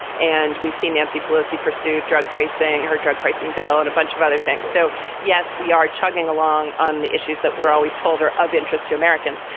and we've seen nancy pelosi pursue drug price saying her drug pricing bill and a bunch of other things. so yes we are chugging along on the issues that we're always told are of interest to americans.